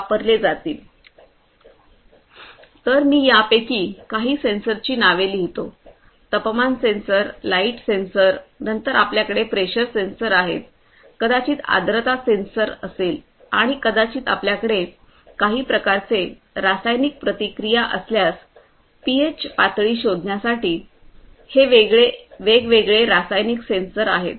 तर मी यापैकी काही सेन्सर्सची नावे लिहितो तापमान सेन्सर लाईट सेन्सर नंतर आपल्याकडे प्रेशर सेन्सर आहेत कदाचित आर्द्रता सेन्सर असेल आणि कदाचित आपल्याकडे काही प्रकारचे रासायनिक प्रतिक्रिया असल्यास पीएच पातळी शोधण्यासाठी हे वेगवेगळे रासायनिक सेन्सर आहेत